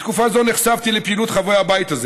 בתקופה זו נחשפתי לפעילות חברי הבית הזה